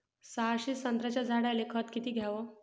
सहाशे संत्र्याच्या झाडायले खत किती घ्याव?